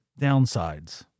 downsides